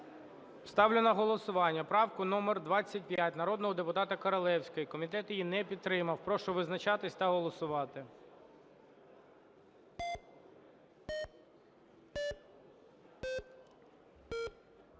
Ставлю на голосування правку номер 25 народного депутата Королевської. Комітет її не підтримав. Прошу визначатись та голосувати.